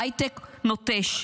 ההייטק נוטש,